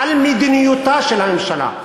על מדיניותה של הממשלה.